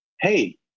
hey